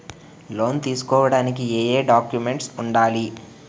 Loan తీసుకోడానికి ఏయే documents వుండాలి?